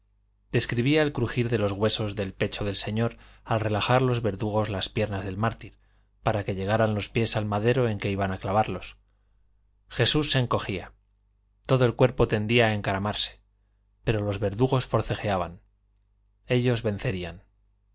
auditorio describía el crujir de los huesos del pecho del señor al relajar los verdugos las piernas del mártir para que llegaran los pies al madero en que iban a clavarlos jesús se encogía todo el cuerpo tendía a encaramarse pero los verdugos forcejeaban ellos vencerían